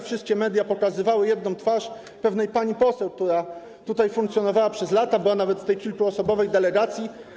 Wszystkie media pokazywały jedną twarz, pewnej pani poseł, która tutaj funkcjonowała przez lata, była nawet w tej kilkuosobowej delegacji.